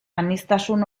aniztasun